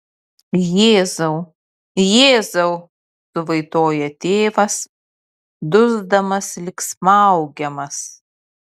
jėzau jėzau suvaitoja tėvas dusdamas lyg smaugiamas